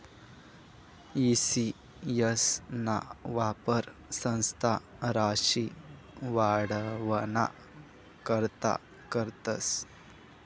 E CS ना वापर संस्था राशी वाढावाना करता करतस